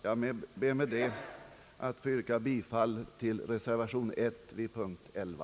Jag ber med det anförda att få yrka bifall till reservationen vid punkten 11.